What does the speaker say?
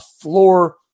floor